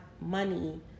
money